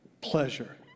pleasure